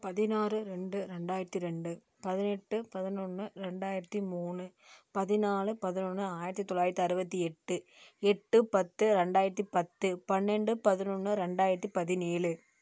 பதினாறு ரெண்டு ரெண்டாயிரத்தி ரெண்டு பதினெட்டு பதினொன்று ரெண்டாயிரத்தி மூணு பதினாலு பதினொன்று ஆயிரத்தி தொள்ளாயிரத்தி அறுபத்தி எட்டு எட்டு பத்து ரெண்டாயிரத்தி பத்து பன்னெண்டு பதினொன்று ரெண்டாயிரத்தி பதினேழு